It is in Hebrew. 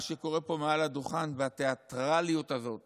ומה שקורה פה מעל הדוכן, והתיאטרליות הזאת